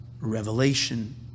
revelation